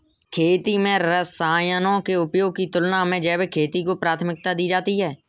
खेती में रसायनों के उपयोग की तुलना में जैविक खेती को प्राथमिकता दी जाती है